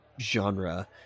genre